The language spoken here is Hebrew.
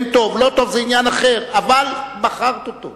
כן טוב, לא טוב, זה עניין אחר, אבל בחרת אותו.